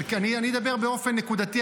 אני אדבר באופן נקודתי,